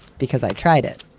because i tried it.